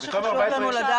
גם בתום ה-14 ימים.